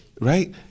Right